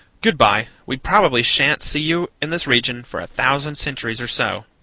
good-by we probably sha'n't see you in this region for a thousand centuries or so.